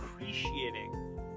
appreciating